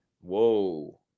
Whoa